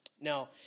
Now